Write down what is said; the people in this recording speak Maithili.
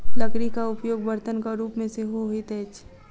लकड़ीक उपयोग बर्तनक रूप मे सेहो होइत अछि